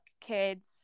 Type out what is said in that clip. kids